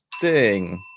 Ding